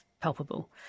palpable